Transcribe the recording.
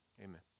amen